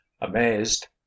Amazed